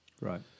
Right